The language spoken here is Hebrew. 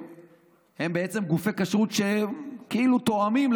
שהם בעצם גופי כשרות שכאילו תואמים את